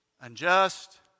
unjust